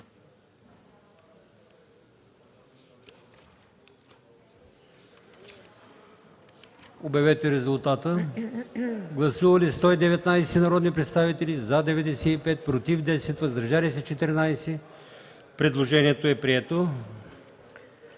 Моля, гласувайте. Гласували 114 народни представители: за 90, против 14, въздържали се 10. Предложението е прието.